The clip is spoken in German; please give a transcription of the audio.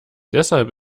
deshalb